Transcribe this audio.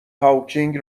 هاوکینگ